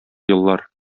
еллар